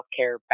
healthcare